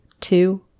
two